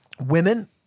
Women